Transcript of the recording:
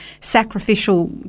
sacrificial